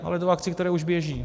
Ale do akcí, které už běží.